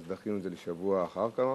אז דחינו את זה לשבוע אחר כך,